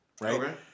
right